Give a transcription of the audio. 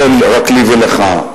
לא רק לי ולך,